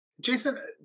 jason